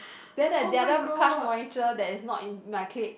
then the the other class monitress that is not in my clique